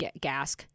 gas